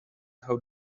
how